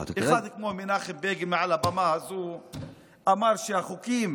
אחד כמו מנחם בגין, מעל הבמה הזאת אמר שהחוקים